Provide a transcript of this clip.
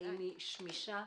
ודאי.